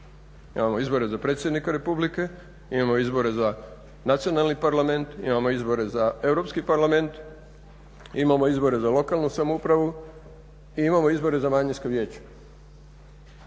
Imamo izbore za predsjednika Republike, imamo izbore za nacionalni parlament, imamo izbore za Europski parlament, imamo izbore za lokalnu samoupravu i imamo izbore za manjinska vijeća.